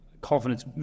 confidence